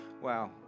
Wow